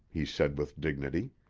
he said with dignity,